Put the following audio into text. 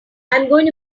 going